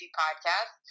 podcast